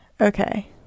okay